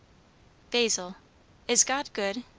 basil is god good?